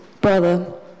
brother